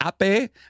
Ape